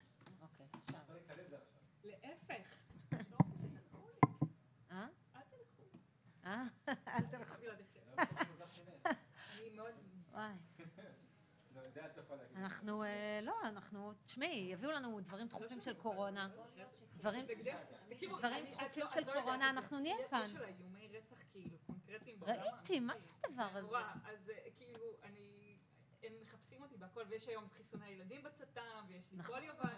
13:13.